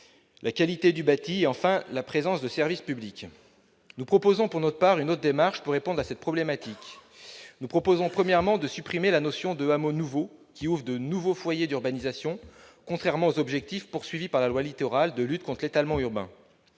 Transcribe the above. la qualité du bâti et la présence de services publics. Nous proposons, pour notre part, une autre démarche pour répondre à cette problématique. En premier lieu, nous proposons de supprimer la notion de « hameaux nouveaux », qui ouvre de nouveaux foyers d'urbanisation, à rebours des objectifs poursuivis, la loi Littoral, de lutte contre l'étalement urbain.